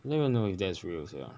don't even know if that is real sia